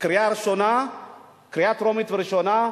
בקריאה טרומית וראשונה.